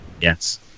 Yes